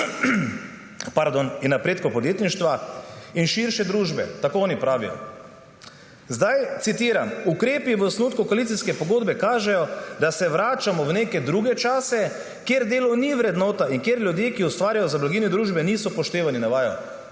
in širše družbe. Tako oni pravijo. Zdaj citiram: »Ukrepi v osnutku koalicijske pogodbe kažejo, da se vračamo v neke druge čase, kjer delo ni vrednota in kjer ljudje, ki ustvarjajo za blaginjo družbe, niso upoštevani,« navajajo.